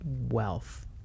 wealth